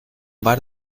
bar